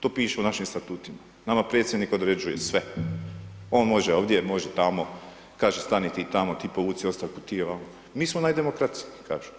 To piše u našim statutima, nama predsjednik određuje sve, on može ovdje, može tamo, kaže stani ti tamo, ti povuci ostavku, ti ovamo, mi smo naj demokracija, kažu.